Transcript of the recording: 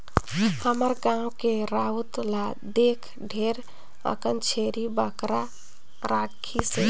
हमर गाँव के राउत ल देख ढेरे अकन छेरी बोकरा राखिसे